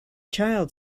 child